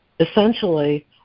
Essentially